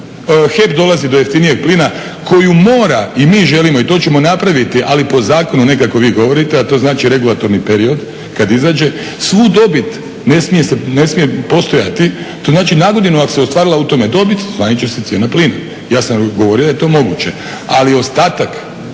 HEP dolazi do jeftinijeg plina koju mora i mi želimo i to ćemo napraviti ali po zakonu ne kako vi govorite a to znači regulatorni period kada izađe, svu dobit ne smije postojati. To znači nagodinu ako se ostvarila u tome dobit, smanjiti će se cijena plina. Ja sam govorio da je to moguće. Ali ostatak